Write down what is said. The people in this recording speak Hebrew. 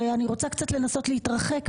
הרי אני רוצה קצת לנסות להתרחק.